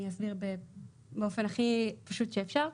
אני אסביר באופן הכי פשוט שאפשר.